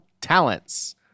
talents